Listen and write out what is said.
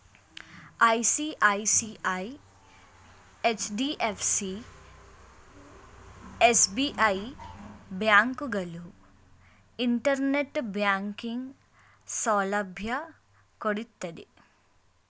ICICI, HDFC, SBI, ಬ್ಯಾಂಕುಗಳು internet banking ಸೌಲಭ್ಯ ಕೊಡ್ತಿದ್ದೆ